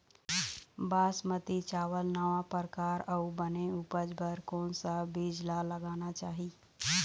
बासमती चावल नावा परकार अऊ बने उपज बर कोन सा बीज ला लगाना चाही?